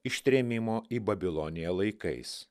ištrėmimo į babiloniją laikais